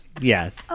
Yes